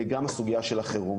סיגי,